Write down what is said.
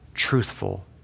Truthful